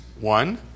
one